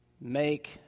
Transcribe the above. make